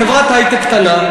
חברת היי-טק קטנה,